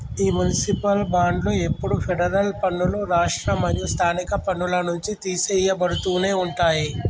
ఈ మునిసిపాల్ బాండ్లు ఎప్పుడు ఫెడరల్ పన్నులు, రాష్ట్ర మరియు స్థానిక పన్నుల నుంచి తీసెయ్యబడుతునే ఉంటాయి